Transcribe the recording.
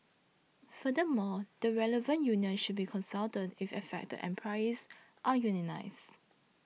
furthermore the relevant union should be consulted if affected employees are unionised